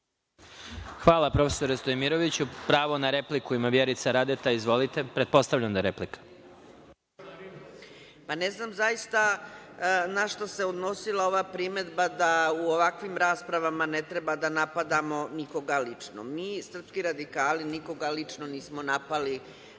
Hvala, prof. Stojmiroviću. Pravo na repliku, Vjerica Radeta. Izvolite. **Vjerica Radeta** Ne znam zaista na šta se odnosila ova primedba da u ovakvim raspravama ne treba da napadamo nikoga lično. Mi iz srpski radikali nikoga lično nismo napali,